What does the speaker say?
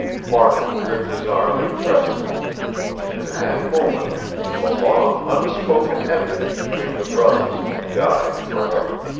mark gripped his arm and pressed it and in that moment the long, unspoken enmity between the brothers died forever.